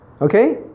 Okay